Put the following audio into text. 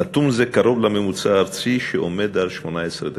נתון זה קרוב לממוצע הארצי, שעומד על 18 דקות.